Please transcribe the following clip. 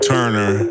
Turner